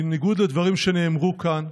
בניגוד לדברים שנאמרו כאן,